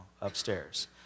upstairs